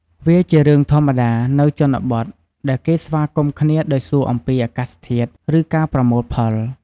វាជារឿងធម្មតា នៅជនបទ ដែលគេស្វាគមន៍គ្នាដោយសួរអំពីអាកាសធាតុ ឬការប្រមូលផល។